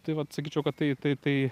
tai vat sakyčiau kad tai tai tai